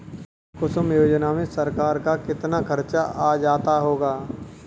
कुसुम योजना में सरकार का कितना खर्चा आ जाता होगा